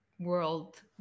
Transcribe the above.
world